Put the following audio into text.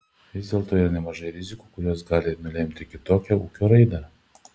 vis dėlto yra nemažai rizikų kurios gali nulemti kitokią ūkio raidą